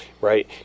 Right